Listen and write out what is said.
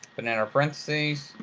but in and our parentheses.